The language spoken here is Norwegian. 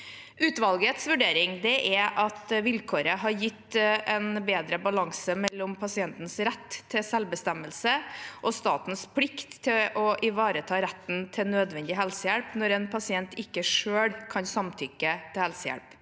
Utvalgets vurdering er at vilkåret har gitt en bedre balanse mellom pasientens rett til selvbestemmelse og statens plikt til å ivareta retten til nødvendig helsehjelp når en pasient ikke selv kan samtykke til helsehjelp.